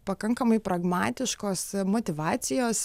pakankamai pragmatiškos motyvacijos